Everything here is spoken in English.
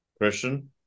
Christian